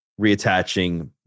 reattaching